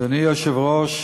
אדוני היושב-ראש,